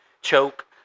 choke